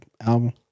album